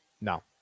no